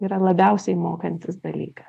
yra labiausiai mokantis dalykas